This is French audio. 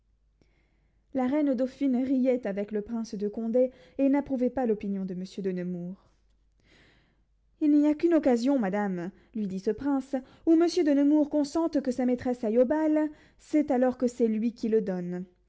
la reine dauphine riait avec le prince de condé et n'approuvait pas l'opinion de monsieur de nemours il n'y a qu'une occasion madame lui dit ce prince où monsieur de nemours consente que sa maîtresse aille au bal qu'alors que c'est lui qui le donne